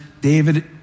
David